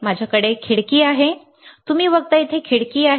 माझ्याकडे एक खिडकी आहे बरोबर तुम्ही बघता इथे एक खिडकी आहे